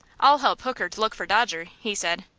i'll help hooker to look for dodger, he said.